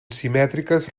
simètriques